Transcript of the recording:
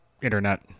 internet